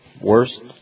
Worst